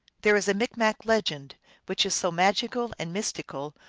there is a micmac legend which is so magical and mystical,